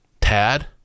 Tad